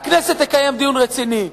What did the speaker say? הכנסת תקיים דיון רציני.